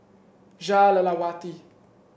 Jah Lelawati